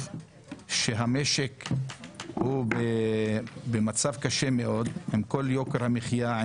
כאשר המשק במצב קשה מאוד עם כל יוקר המחיה,